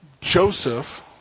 Joseph